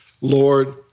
Lord